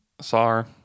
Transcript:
Sar